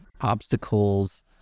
obstacles